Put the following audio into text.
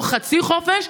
לא חצי חופש,